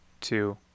two